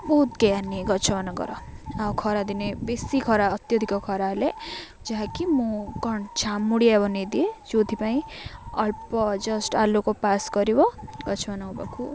ବହୁତ କେୟାର୍ ନିଏ ଗଛମାନଙ୍କର ଆଉ ଖରାଦିନେ ବେଶି ଖରା ଅତ୍ୟଧିକ ଖରା ହେଲେ ଯାହାକି ମୁଁ କ ଛାମୁଡ଼ିଆବ ନେଇ ଦିଏ ଯେଉଁଥିପାଇଁ ଅଳ୍ପ ଜଷ୍ଟ ଆଲୋକ ପାସ୍ କରିବ ଗଛମାନଙ୍କ ପାଖକୁ